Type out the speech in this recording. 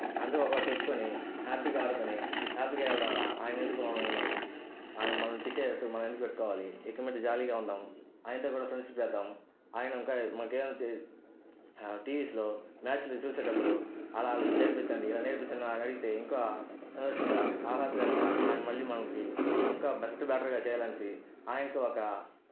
అందరూ ఒక్కొక్కటి తెచ్చుకొని హ్యాపీగా ఆడుకొని హ్యాపీగా వెళ్దాంరా ఆయనని ఎందుకు మనము ఆయన తిట్టేటట్టు మనం ఎందుకు పెట్టుకోవాలి ఇంక మీద జాలీగా ఉందాం ఆయనతో కూడా ఫ్రెండ్షిప్ చేద్దాం ఆయన ఒక్క మనకు ఏదైనా టీవీస్లో మ్యాచ్ని చూసేటప్పుడు అలా నేర్పించండి ఇలా నేర్పించండి అని అడిగితే ఇంకా సంతోషంగా ఆహ్లాదకరంగా ఆయన మళ్లీ మనకి ఇంకా బెస్ట్ బెటర్గా చేయాలి అనేసి ఆయనకి ఒక